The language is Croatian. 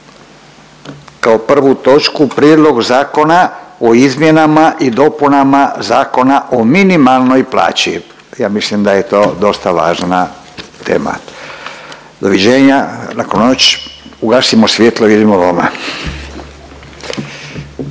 kao prvu točku Prijedlog zakona o izmjenama i dopunama Zakona o minimalnoj plaći. Ja mislim da je to dosta važna tema. Doviđenja, laku noć, ugasimo svjetlo i idemo doma.